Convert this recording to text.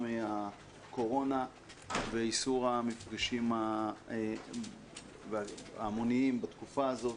מהקורונה ואיסור המפגשים ההמוניים בתקופה הזאת.